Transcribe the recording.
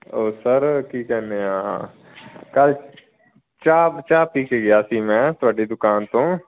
ਓ sir ਕੀ ਕਹਿੰਦੇ ਆ ਹਾਂ ਕੱਲ੍ਹ ਚਾਹ ਚਾਹ ਪੀ ਕੇ ਗਿਆ ਸੀ ਮੈਂ ਤੁਹਾਡੀ ਦੁਕਾਨ ਤੋਂ